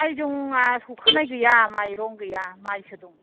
आइजंआ सौखानाय गैया माइरं गैया माइसो दं